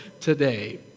today